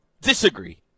Disagree